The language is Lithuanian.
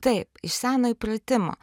taip iš seno įpratimo